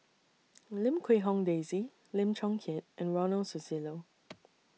Lim Quee Hong Daisy Lim Chong Keat and Ronald Susilo